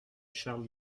charles